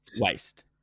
Waste